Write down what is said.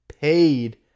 paid